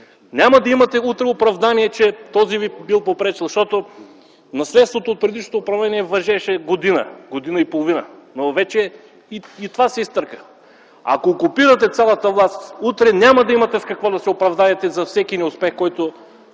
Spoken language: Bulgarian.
няма да имате оправдание, че този ви бил попречил, защото наследството от предишното управление важеше година – година и половина. Но вече и това се изтърка. Ако окупирате цялата власт, утре няма да имате с какво да се оправдаете за всеки неуспех, който